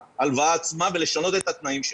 ההלוואה עצמה ולשנות את התנאים שלה.